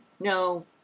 No